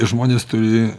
žmonės turi